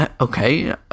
okay